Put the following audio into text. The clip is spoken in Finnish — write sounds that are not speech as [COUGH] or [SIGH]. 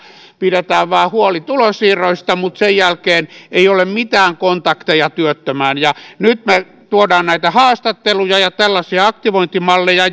pidetään vain huoli tulonsiirroista mutta sen jälkeen ei ole mitään kontakteja työttömään nyt me tuomme näitä haastatteluja ja tällaisia aktivointimalleja [UNINTELLIGIBLE]